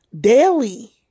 daily